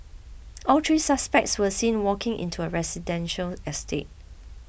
all three suspects were seen walking into a residential estate